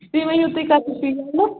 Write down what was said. بیٚیہِ ؤنِو تُہۍ کَتیس چھُ یُن مےٚ